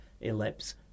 ellipse